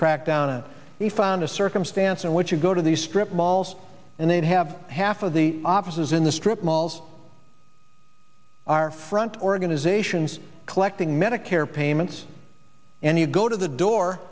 crack down and he found a circumstance in which you go to the strip malls and they have half of the obvious is in the strip malls are front organizations collecting medicare payments and you go to the door